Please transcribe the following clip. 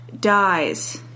dies